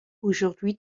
aujourd’hui